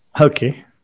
Okay